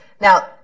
Now